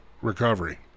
recovery